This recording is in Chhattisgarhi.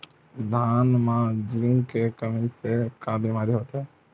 धान म जिंक के कमी से का बीमारी होथे?